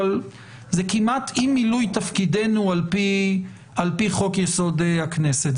אבל זה כמעט אי-מילוי תפקידנו על פי חוק-יסוד: הכנסת.